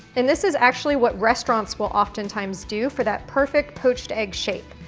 and this is actually what restaurants will oftentimes do for that perfect poached egg shape.